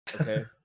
okay